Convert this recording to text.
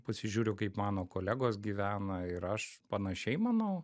pasižiūriu kaip mano kolegos gyvena ir aš panašiai manau